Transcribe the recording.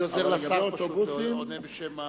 אני פשוט עוזר לשר, עונה בשם ההיגיון.